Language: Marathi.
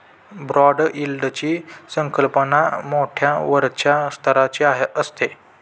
बाँड यील्डची संकल्पना थोड्या वरच्या स्तराची असते